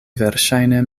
verŝajne